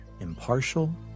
impartial